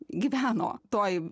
gyveno toj